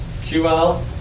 QL